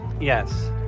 Yes